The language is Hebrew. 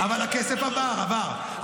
אבל הכסף עבר, עבר.